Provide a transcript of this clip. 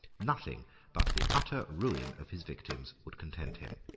nothing but the utter ruin of his victims would content him.